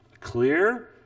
Clear